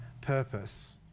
purpose